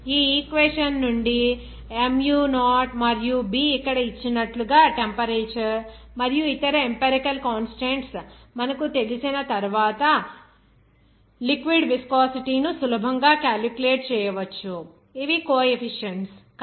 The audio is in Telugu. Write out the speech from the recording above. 0 exp ఈ ఈక్వేషన్ నుండి mu0 మరియు b ఇక్కడ ఇచ్చినట్లుగా టెంపరేచర్ మరియు ఇతర ఎంపెరికల్ కాన్స్టాంట్స్ మనకు తెలిసిన తర్వాత లిక్విడ్ విస్కోసిటీ ను సులభంగా క్యాలిక్యులేట్ చేయవచ్చు ఇవి కోఎఫిషియెంట్స్